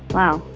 wow.